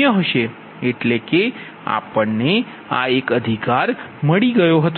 0 છે એટલેકે આપણને આ એક અધિકાર મળી ગયો હતો